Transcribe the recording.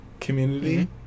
community